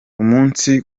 umunsi